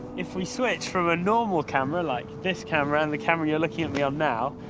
if we switch from a normal camera like this camera and the camera you're looking at me on now,